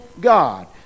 God